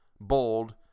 bold